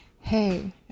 hey